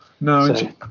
no